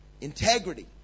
Integrity